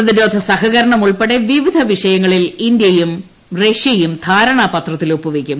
പ്രതിരോധ സഹകരണം ഉൾപ്പെടെ വിവിധ വിഷയങ്ങളിൽ ഇന്ത്യയും റഷ്യയും ധാരണാ പത്രത്തിൽ ഒപ്പുവയ്ക്കും